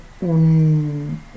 un